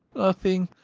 nothing.